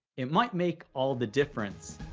it might make all the difference!